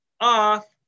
off